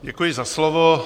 Děkuji za slovo.